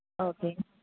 okay